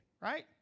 right